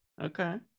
Okay